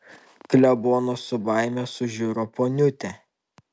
klebonas su baime sužiuro poniutę